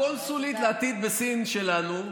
הקונסולית לעתיד בסין שלנו,